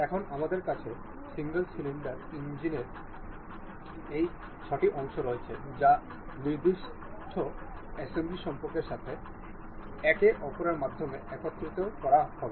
এখন আমাদের কাছে সিঙ্গেল সিলিন্ডার ইঞ্জিনের এই 6টি অংশ রয়েছে যা নির্দিষ্ট অ্যাসেম্বলি সম্পর্কের সাথে একে অপরের মধ্যে একত্রিত করা হবে